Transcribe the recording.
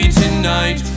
tonight